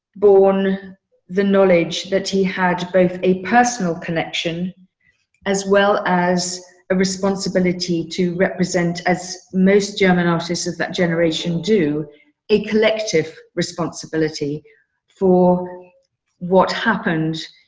born the knowledge that he had both a personal connection as well as a responsibility to represent, as most german obsesses that generation do a collective responsibility for what happened.